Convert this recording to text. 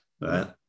right